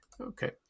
Okay